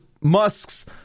Musk's